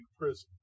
prison